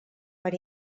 per